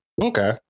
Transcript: Okay